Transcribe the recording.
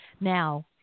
Now